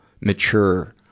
mature